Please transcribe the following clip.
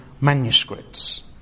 manuscripts